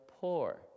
poor